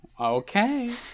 Okay